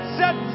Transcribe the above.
set